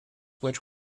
which